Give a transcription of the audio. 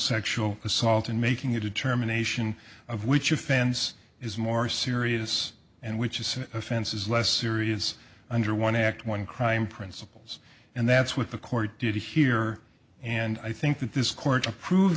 sexual assault and making a determination of which offense is more serious and which is an offense is less serious under one act one crime principles and that's what the court did here and i think that this court approve